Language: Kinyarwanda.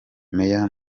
meya